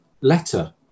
letter